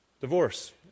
Divorce